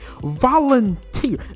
Volunteer